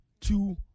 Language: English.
two